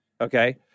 okay